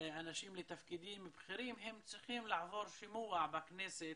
אנשים לתפקידים בכירים הם צריכים לעבור שימוע בכנסת,